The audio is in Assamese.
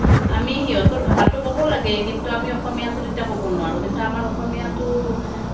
আমি সিহঁতৰ ভাষাটো ক'ব লাগে কিন্তু আমি অসমীয়াটো তেতিয়াক'ব নোৱাৰোঁ কিন্তু আমাৰ অসমীয়াটো